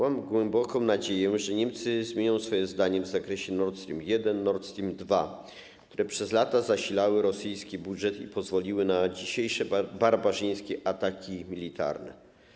Mam głęboką nadzieję, że Niemcy zmienią swoje zdanie w zakresie Nord Stream 1, Nord Stream 2, które przez lata zasilały rosyjski budżet i pozwoliły na dzisiejsze barbarzyńskie ataki militarne.